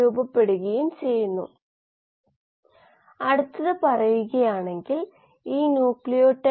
ഇത് നിർവ്വചിക്കുന്നതിന് വിവിധ മാർഗ്ഗങ്ങളുണ്ട് അവയിൽ ചിലത് ഞാൻ നിങ്ങൾക്ക് നൽകി